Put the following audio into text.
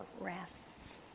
rests